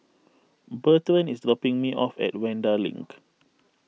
Bertrand is dropping me off at Vanda Link